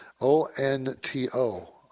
O-N-T-O